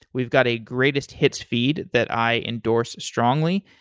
we've got a greatest hits feed that i endorse strongly.